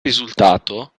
risultato